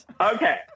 Okay